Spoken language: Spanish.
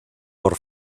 por